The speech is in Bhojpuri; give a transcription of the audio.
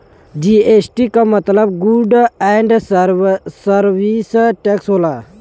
जी.एस.टी के मतलब गुड्स ऐन्ड सरविस टैक्स होला